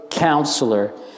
Counselor